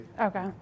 Okay